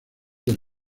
del